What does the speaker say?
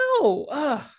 No